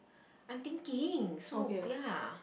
I'm thinking so ya